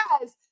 yes